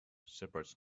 shepherds